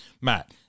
Matt